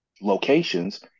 locations